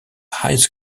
highest